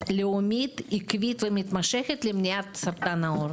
לאומית עקבית ומתמשכת למניעת סרטן העור,